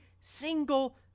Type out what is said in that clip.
single